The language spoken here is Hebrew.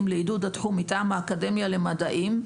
לעידוד התחום מטעם האקדמיה למדעים,